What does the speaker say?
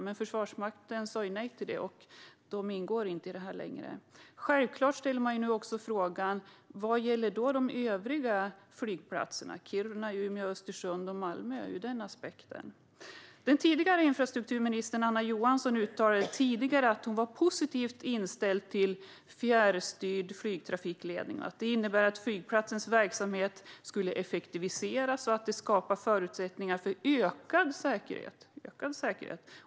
Men Försvarsmakten sa nej till det, och den flygplatsen ingår inte längre i detta. Självklart ställer man sig nu frågan vad som gäller för de övriga flygplatserna Kiruna, Umeå, Östersund och Malmö ur den aspekten. Den tidigare infrastrukturministern Anna Johansson uttalade tidigare att hon var positivt inställd till fjärrstyrd flygtrafikledning, att det innebär att flygplatsens verksamhet effektiviseras och att det skapar förutsättningar för ökad säkerhet och samordning.